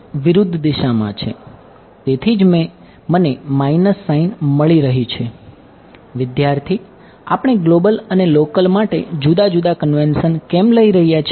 વિદ્યાર્થી આપણે ગ્લોબલ કેમ લઈ રહ્યા છીએ